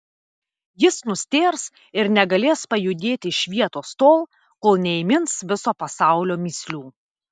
jis nustėrs ir negalės pajudėti iš vietos tol kol neįmins viso pasaulio mįslių